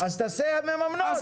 אז תעשה מממנות.